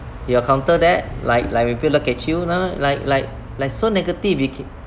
you encounter that like like when people look at you now like like like so negative you can